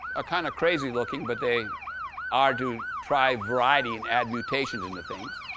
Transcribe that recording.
ah kind of crazy-looking, but they are to try variety and add mutation into things.